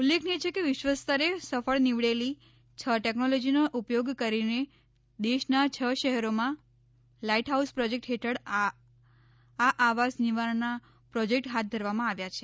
ઉલ્લેખનીય છે કે વિશ્વસ્તરે સફળનીવડેલી છ ટેકનોલોજીનો ઉપયોગ કરીને દેશના છ શહેરોમાં લાઇટ હાઉસ પ્રોજેક્ટ હેઠળ આ આવાસ નિર્માણના પ્રોજેક્ટ હાથ ધરવામાં આવ્યા છે